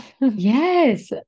Yes